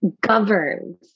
governs